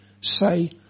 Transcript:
say